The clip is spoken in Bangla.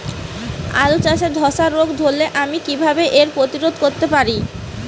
আলু চাষে ধসা রোগ ধরলে আমি কীভাবে এর প্রতিরোধ করতে পারি?